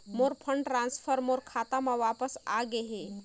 मोर fund transfer मोर खाता म वापस आ गे हे